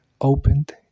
opened